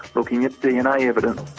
looking at dna evidence.